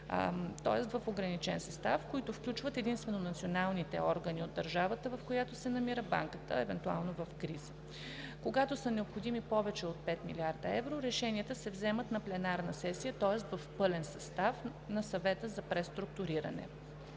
тоест в ограничен състав, който включва единствено националните органи от държавата, в която банката евентуално се намира в криза. Когато са необходими повече от 5 млрд. евро, решенията се вземат на пленарна сесия, тоест в пълен състав на Съвета за преструктуриране.